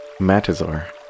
Matizor